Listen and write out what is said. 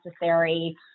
necessary